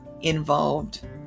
involved